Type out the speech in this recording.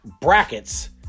brackets